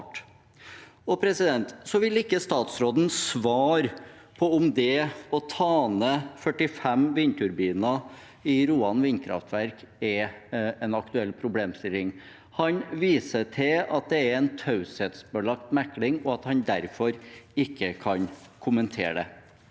Statsråden vil ikke svare på om det å ta ned 45 vindturbiner i Roan vindkraftverk er en aktuell problemstilling. Han viser til at det er en taushetsbelagt mekling, og at han derfor ikke kan kommentere det.